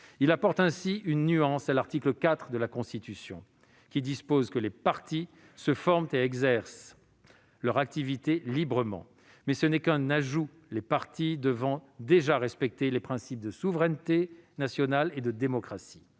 Il apporte une nuance à l'article 4 de la Constitution, qui dispose que les partis « se forment et exercent leur activité librement ». Mais ce n'est qu'un ajout, les partis devant déjà respecter les principes de souveraineté nationale et de démocratie.